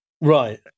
Right